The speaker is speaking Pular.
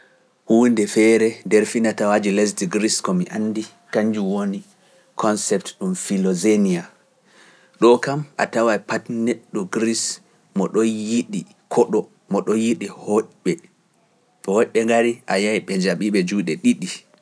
Huunde feere nder finatawaaji lesdi Gariisi ko mi anndi, kañjum woni konseptu ɗum Filosenia, ɗoo kam a tawa pati neɗɗo Gariisi mo ɗo yiɗi koɗo mo ɗo yiɗi hooƴɓe, to hooƴɓe ngari a yahi ɓe jaɓiiɓe juuɗe ɗiɗi.